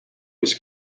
was